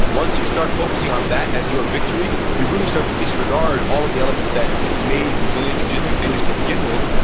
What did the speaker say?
once you start focusing on that as your victory, you really start to disregard all of the elements that made brazilian jujitsu famous to begin with,